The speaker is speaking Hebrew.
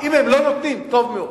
אם הם לא נותנים, טוב מאוד.